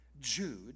Jude